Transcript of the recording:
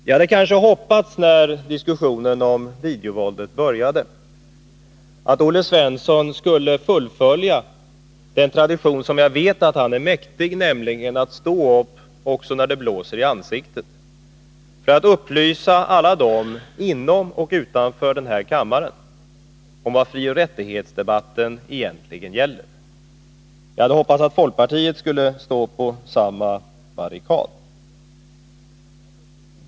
Jag hade hoppats, när diskussionen om videovåldet började, att Olle Svensson skulle fullfölja den tradition som jag vet att han är mäktig, nämligen att stå upp också när det blåser i ansiktet för att upplysa alla, både inom och utanför den här kammaren, om vad frihetsoch rättighetsdebatten egentligen gäller. Jag hade hoppats att folkpartiet skulle stå på samma barrikad.